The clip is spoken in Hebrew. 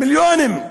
מיליונים.